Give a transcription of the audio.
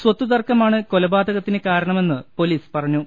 സ്ത്തു തർക്കമാണ് കൊലപാതകത്തിന് കാരണമെന്ന് പൊലീസ് പറഞ്ഞു